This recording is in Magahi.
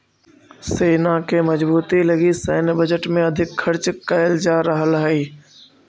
सेना के मजबूती लगी सैन्य बजट में अधिक खर्च कैल जा रहल हई